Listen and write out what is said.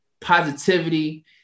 positivity